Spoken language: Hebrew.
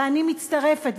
ואני מצטרפת.